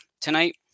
Tonight